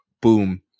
boom